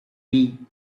wii